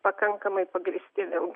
pakankamai pagrįsti vėlgi